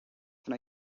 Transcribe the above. can